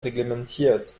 reglementiert